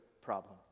problem